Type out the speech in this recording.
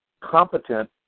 competent